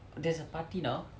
there's a பாட்டி:paatti now